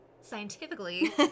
scientifically